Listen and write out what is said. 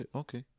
okay